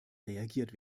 reagiert